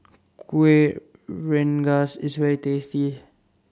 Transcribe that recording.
Kueh Rengas IS very tasty